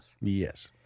Yes